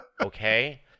okay